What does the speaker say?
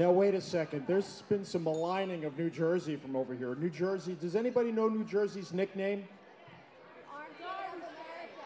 no wait a second there's been some alarming of new jersey from over here new jersey does anybody know new jersey is nicknamed